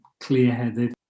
clear-headed